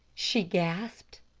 she gasped,